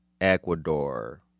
Ecuador